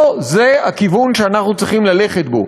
לא זה הכיוון שאנחנו צריכים ללכת בו.